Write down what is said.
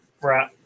right